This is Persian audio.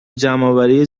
جمعآوری